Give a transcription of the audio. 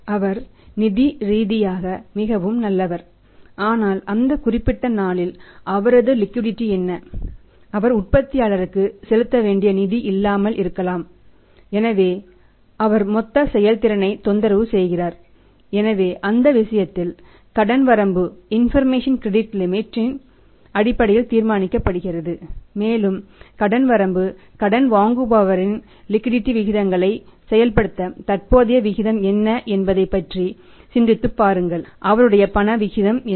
அவர் நிதி ரீதியாக மிகவும் நல்லவர் ஆனால் அந்த குறிப்பிட்ட நாளில் அவரது லிக்விடிடி விகிதங்களைச் செயல்படுத்த தற்போதைய விகிதம் என்ன என்பதைப் பற்றி சிந்தித்துப் பாருங்கள் அவருடைய பண விகிதம் என்ன